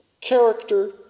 character